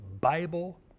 Bible